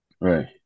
Right